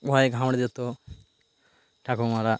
ভয়ে ঘাবড়ে যেত ঠাকুমারা